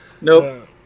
Nope